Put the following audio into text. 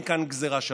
אין כאן גזרה שווה.